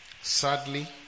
Sadly